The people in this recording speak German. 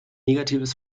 negatives